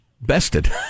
bested